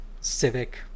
civic